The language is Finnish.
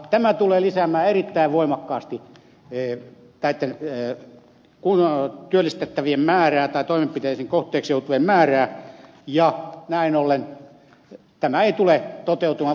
tämä tulee lisäämään erittäin voimakkaasti työllistettävien toimenpiteiden kohteeksi joutuvien määrää ja näin ollen tämä ei tule toteutumaan